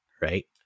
right